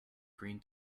green